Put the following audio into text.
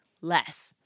less